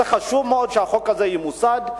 זה חשוב מאוד שהחוק הזה ימוסד.